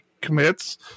commits